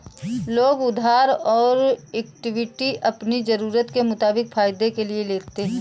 लोग उधार और इक्विटी अपनी ज़रूरत के मुताबिक फायदे के लिए लेते है